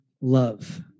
love